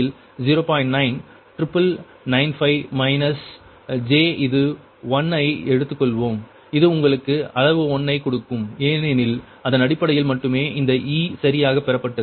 9 triple 95 minus j இது 1 ஐ எடுத்துக்கொள்வோம் இது உங்களுக்கு அளவு 1 ஐக் கொடுக்கும் ஏனெனில் அதன் அடிப்படையில் மட்டுமே இந்த e சரியாகப் பெறப்பட்டது